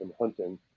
hunting